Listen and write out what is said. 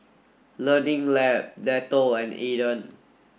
learning Lab Dettol and Aden